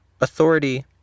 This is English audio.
Authority